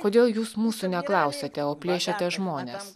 kodėl jūs mūsų neklausiate o plėšiate žmones